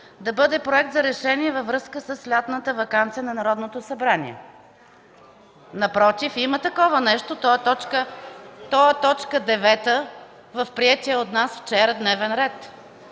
да бъде Проект за решение във връзка с лятната ваканция на Народното събрание. (Реплики.) Напротив, има такова нещо, то е точка девета в приетия от нас вчера дневен ред.